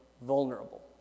vulnerable